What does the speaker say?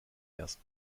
erst